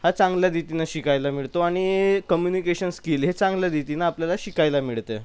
हा चांगल्या रीतीनं शिकायला मिळतो आणि कम्युनिकेशन स्किल चांगल्या रीतीने आपल्याला शिकायला मिळते